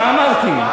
מה אמרתי?